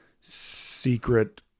secret